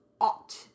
ought